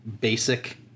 basic